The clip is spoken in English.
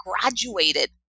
graduated